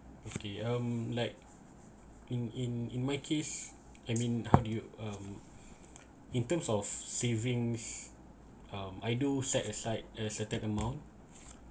okay um like in in in my case I mean how do you um in terms of savings um I do set aside a certain amount